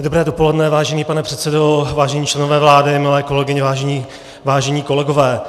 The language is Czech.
Dobré dopoledne, vážený pane předsedo, vážení členové vlády, milé kolegyně, vážení kolegové.